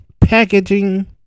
packaging